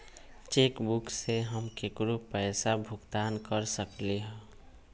cheque book से हम केकरो पैसा भुगतान कर सकली ह